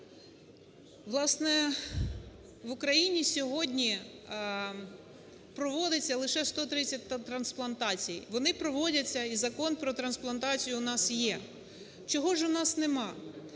в Україні сьогодні проводиться лише 130 трансплантацій. Вони проводяться, і Закон про трансплантацію у нас є. Чого ж у нас нема?